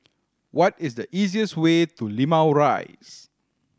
what is the easiest way to Limau Rise